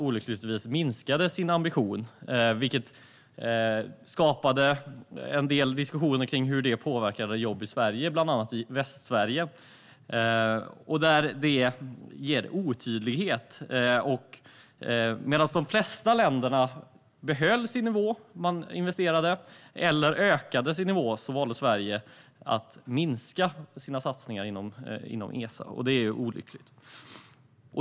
Olyckligtvis minskade Sverige sin ambition, vilket skapade en del diskussioner om påverkan på jobb i Sverige, bland annat i Västsverige. Detta ger otydlighet. Medan de flesta länder behöll sin nivå och investerade eller ökade sin nivå valde Sverige att minska sina satsningar inom Esa, vilket är olyckligt.